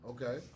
Okay